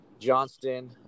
Johnston